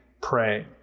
pray